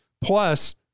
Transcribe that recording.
Plus